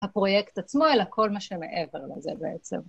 הפרויקט עצמו, אלא כל מה שמעבר לזה בעצם.